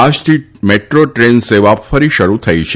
આજથી metro train સેવા ફરી શરૂ થઈ છે